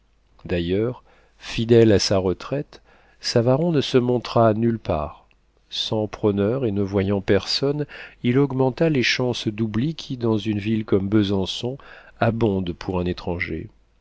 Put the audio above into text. d'ailleurs fidèle à sa retraite savaron ne se montra nulle part sans prôneurs et ne voyant personne il augmenta les chances d'oubli qui dans une ville comme besançon abondent pour un étranger